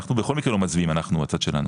אנחנו בכל מקרה לא מצביעים אנחנו הצד שלנו,